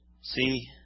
See